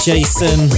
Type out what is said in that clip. Jason